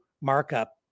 markup